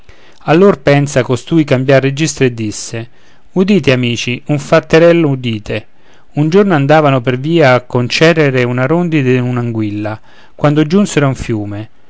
allor pensa costui cambiar registro e disse udite amici un fatterello udite un giorno andavano per via con cerere una rondine e un'anguilla quando giunsero a un fiume